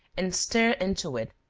and stir into it,